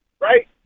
right